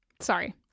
Sorry